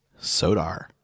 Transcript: sodar